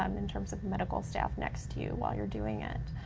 um in terms of medical staff next to you while you're doing it.